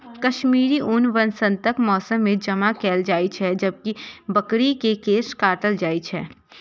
कश्मीरी ऊन वसंतक मौसम मे जमा कैल जाइ छै, जब बकरी के केश काटल जाइ छै